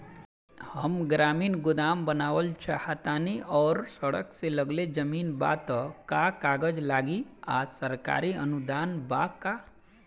हम ग्रामीण गोदाम बनावल चाहतानी और सड़क से लगले जमीन बा त का कागज लागी आ सरकारी अनुदान बा का?